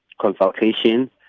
consultation